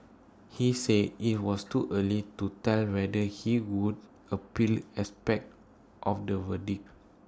he said IT was too early to tell whether he would appeal aspects of the verdict